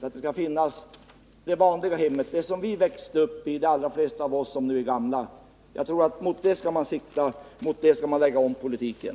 Man skall sikta mot det vanliga hemmet, det som de allra flesta av oss som nu är gamla växte upp i. I den riktningen skall man lägga om politiken.